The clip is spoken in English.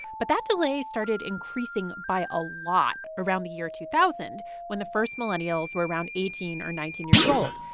but that delay started increasing by a lot around the year two thousand when the first millennials were around eighteen or nineteen years old.